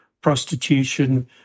prostitution